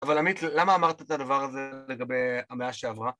אבל עמית, למה אמרת את הדבר הזה לגבי המאה שעברה?